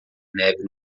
neve